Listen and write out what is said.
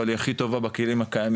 אבל היא הכי טובה מבחינת כלים הקיימים.